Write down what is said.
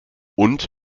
und